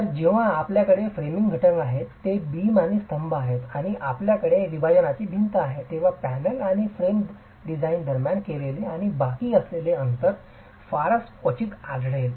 तर जेव्हा आपल्याकडे फ्रेमिंग घटक आहेत जे बीम आणि स्तंभ आहेत आणि आपल्याकडे विभाजनाची भिंत आहेत तेव्हा पॅनेल आणि फ्रेम दरम्यान डिझाइन केलेले आणि बाकी असलेले अंतर फारच क्वचितच आढळेल